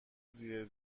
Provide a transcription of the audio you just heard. زیر